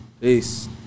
Peace